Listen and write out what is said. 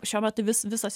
šiuo metu vis visos